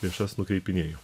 lėšas nukreipinėju